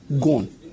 gone